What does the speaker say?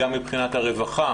גם מבחינת הרווחה,